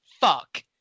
fuck